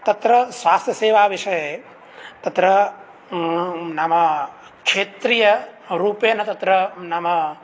तत्र स्वास्थ्यसेवाविषये तत्र नाम क्षेत्रीयरूपेण तत्र नाम